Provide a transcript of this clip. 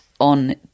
on